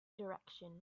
direction